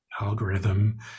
algorithm